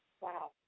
Wow